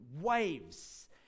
waves